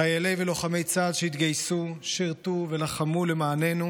חיילי ולוחמי צה"ל שהתגייסו, שירתו ולחמו למעננו